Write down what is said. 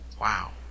Wow